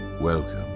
welcome